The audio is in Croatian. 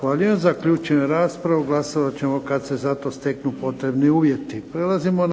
Zahvaljujem. Zaključujem raspravu. Glasovat ćemo kad se za to steknu potrebni uvjeti.